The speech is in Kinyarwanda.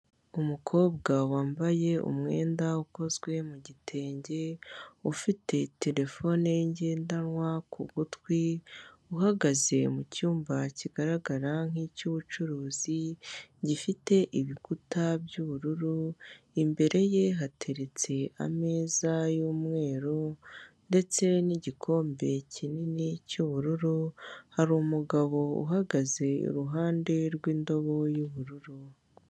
Umukobwa wambaye umwenda ukozwe mu gitenge ufite terefone ye ngendanwa ku gutwi uhagaze mucyumba kigaragara nk'icyubucuruzi gifite ibikuta by'ubururu imbere ye hateretse ameza y'umweru ndetse n'igikombe kinini cy'ubururu hari umugabo uhagaze iruhande rw'indobo y'ubururu.